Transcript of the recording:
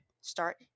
start